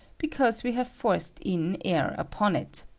because we have forced in air upon it